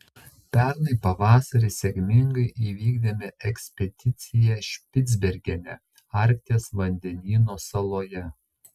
pernai pavasarį sėkmingai įvykdėme ekspediciją špicbergene arkties vandenyno saloje